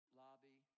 lobby